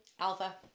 Alpha